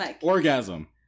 Orgasm